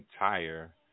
entire